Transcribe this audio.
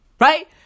Right